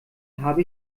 habe